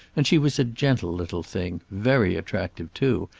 and she was a gentle little thing very attractive, too,